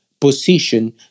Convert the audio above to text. position